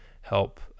help